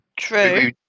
true